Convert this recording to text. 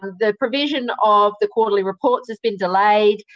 the provision of the quarterly reports has been delayed.